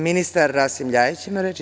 Ministar Rasim Ljajić ima reč.